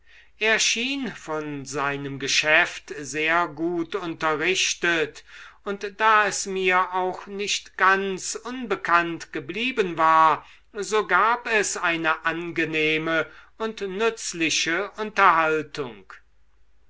schien von seinem geschäft sehr gut unterrichtet und da es mir auch nicht ganz unbekannt geblieben war so gab es eine angenehme und nützliche unterhaltung